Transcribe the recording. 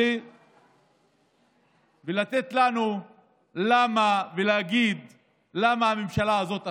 להגיד לנו למה הממשלה הזאת אכזרית.